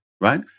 right